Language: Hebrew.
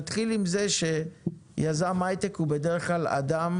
נתחיל מזה שיזם היי-טק הוא בדרך כלל אדם